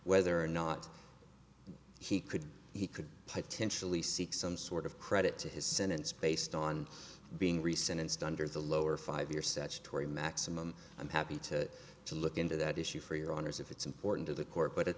whether or not he could he could potentially seek some sort of credit to his sentence based on being recent in standards a lower five year such tory maximum i'm happy to to look into that issue for your honour's if it's important to the court but at